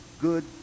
good